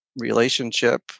relationship